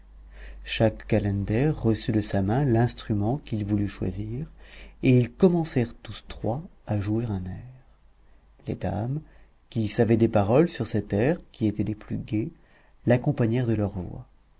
chaque calender reçut de sa main l'instrument qu'il voulut choisir et ils commencèrent tous trois à jouer un air les dames qui savaient des paroles sur cet air qui était des plus gais l'accompagnèrent de leurs voix